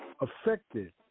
affected